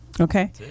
Okay